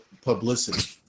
publicity